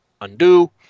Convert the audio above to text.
Undo